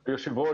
תודה, היושב ראש.